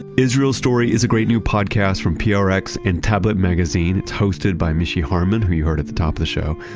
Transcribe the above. israel story is a great new podcast from prx and tablet magazine. it's hosted by mishy harman, who you heard at the top of the show.